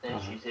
ah